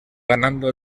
ganando